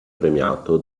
premiato